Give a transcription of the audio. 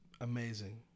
Amazing